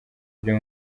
byo